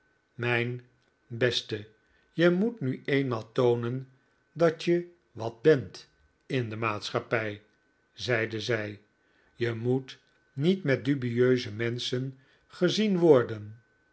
mijn beste je moet nu eenmaal toonen dat je war bent in de maatschappij zeide zij je moet niet met dubieuze menschen gezien worden